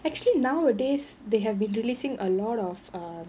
actually nowadays they have been releasing a lot of err